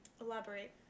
Elaborate